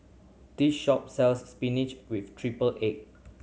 this shop sells spinach with triple egg